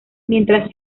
mientras